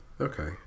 Okay